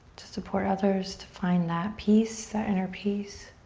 to support others, to find that peace, that inner peace.